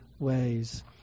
ways